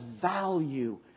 value